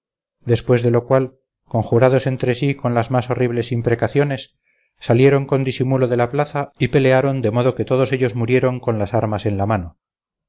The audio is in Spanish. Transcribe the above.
después de lo cual conjurados entre sí con las más horribles imprecaciones salieron con disimulo de la plaza y pelearon de modo que todos ellos murieron con las armas en la mano